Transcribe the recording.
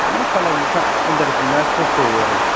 मानि सालायनो इनटारेस्ट मोना खस्थ' आरो